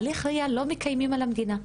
הליך ראיה לא מקיימים על המדינה,